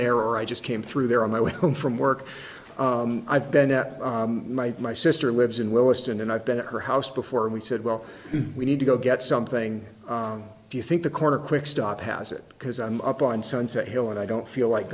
there or i just came through there on my way home from work i've been at might my sister lives in willesden and i've been at her house before and we said well we need to go get something do you think the corner quick stop has it because i'm up on sunset hill and i don't feel like